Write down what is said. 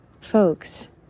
folks